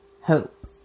Hope